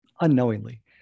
unknowingly